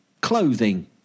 clothing